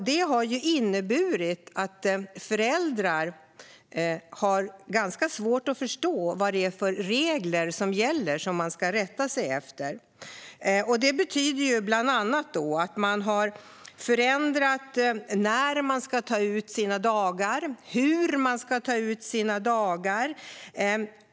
Det har inneburit att föräldrar har svårt att förstå vilka regler som gäller och vad man ska rätta sig efter. Bland annat har förändringar gjorts angående när och hur man ska ta ut sina dagar.